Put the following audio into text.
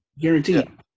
guaranteed